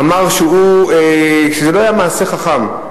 אמר שזה לא היה מעשה חכם,